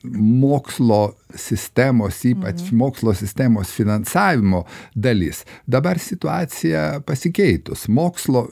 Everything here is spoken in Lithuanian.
mokslo sistemos ypač mokslo sistemos finansavimo dalis dabar situacija pasikeitus mokslo